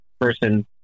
person